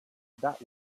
that